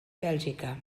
bèlgica